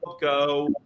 go